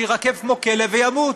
שיירקב כמו כלב וימות.